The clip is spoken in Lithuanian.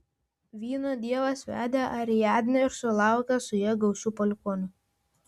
vyno dievas vedė ariadnę ir sulaukė su ja gausių palikuonių